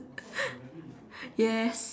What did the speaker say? yes